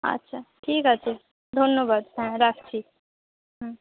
আচ্ছা ঠিক আছে ধন্যবাদ হ্যাঁ রাখছি হ্যাঁ